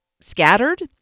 scattered